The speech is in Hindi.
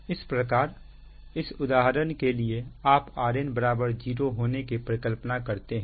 इस प्रकार इस उदाहरण के लिए आप Rn 0होने की परिकल्पना करते हैं